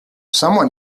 someone